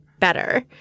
better